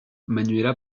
manuela